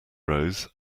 rose